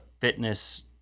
fitness